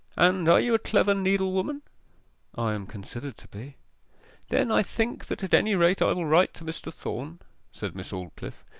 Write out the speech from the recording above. and are you a clever needlewoman i am considered to be then i think that at any rate i will write to mr. thorn said miss aldclyffe,